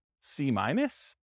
C-minus